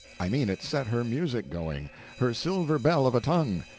i mean it set her music going her silver bell of a tongue.